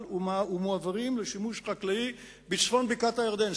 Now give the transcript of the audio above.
ומועברים לשימוש חקלאי בצפון בקעת-הירדן.